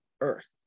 earth